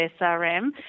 SRM